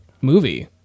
movie